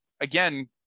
again